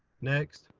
next